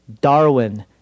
Darwin